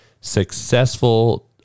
successful